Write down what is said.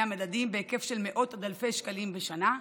המדדים בהיקף של מאות עד אלפי שקלים לשנה,